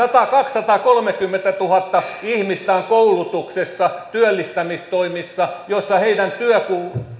satakolmekymmentätuhatta ihmistä on koulutuksessa työllistämistoimissa joissa heidän